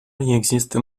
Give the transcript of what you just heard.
există